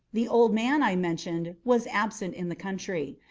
the old man, i mentioned, was absent in the country.